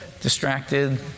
distracted